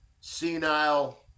senile